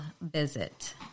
visit